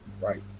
right